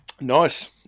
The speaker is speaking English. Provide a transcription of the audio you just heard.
Nice